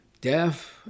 deaf